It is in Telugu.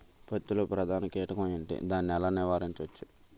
పత్తి లో ప్రధాన కీటకం ఎంటి? దాని ఎలా నీవారించచ్చు?